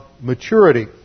maturity